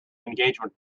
engagement